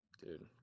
Dude